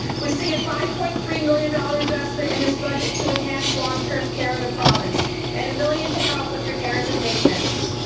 we see a five point three million-dollar investment in this budget to enhance long-term care in the province and a million to help with repairs and maintenance.